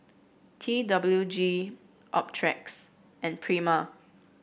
T W G Optrex and Prima